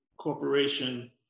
corporation